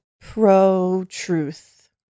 pro-truth